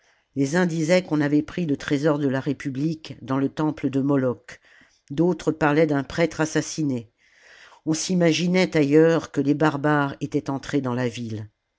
les uns disaient qu'on avait pris le trésor de la république dans le temple de moloch d'autres parlaient d'un prêtre assassiné on s'imaginait ailleurs que les barbares étaient entrés dans la ville